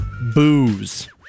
booze